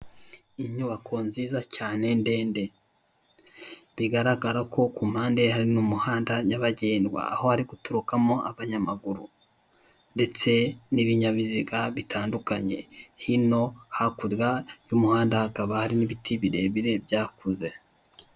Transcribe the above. Inyubako nziza cyane ndende, bigaragara ko ku mpande hari n'umuhanda nyabagendwa aho hari guturukamo abanyamaguru ndetse n'ibinyabiziga bitandukanye, hino, hakurya y'umuhanda hakaba harimo ibiti birebire byakuze.